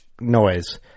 noise